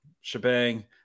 shebang